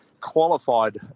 qualified